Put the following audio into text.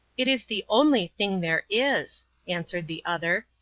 it is the only thing there is, answered the other.